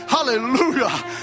hallelujah